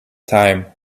time